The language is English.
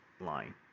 line